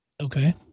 Okay